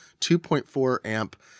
2.4-amp